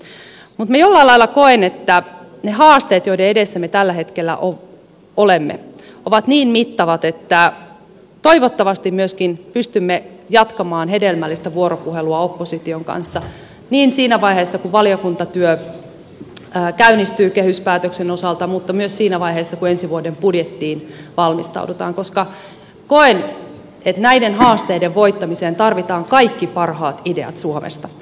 mutta minä jollain lailla koen että ne haasteet joiden edessä me tällä hetkellä olemme ovat niin mittavat että toivottavasti myöskin pystymme jatkamaan hedelmällistä vuoropuhelua opposition kanssa siinä vaiheessa kun valiokuntatyö käynnistyy kehyspäätöksen osalta mutta myös siinä vaiheessa kun ensi vuoden budjettiin valmistaudutaan koska koen että näiden haasteiden voittamiseen tarvitaan kaikki parhaat ideat suomesta